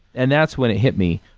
and that's when it hit me.